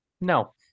No